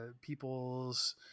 people's